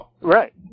Right